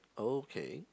okay